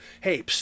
hey